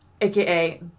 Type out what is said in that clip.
AKA